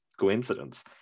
coincidence